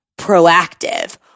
proactive